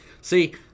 see